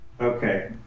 Okay